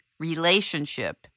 Relationship